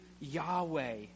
Yahweh